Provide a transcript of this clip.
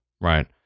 Right